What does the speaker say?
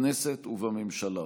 בכנסת ובממשלה.